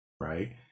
right